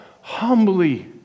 humbly